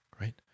right